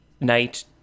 night